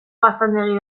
gaztandegi